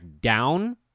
down